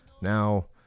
now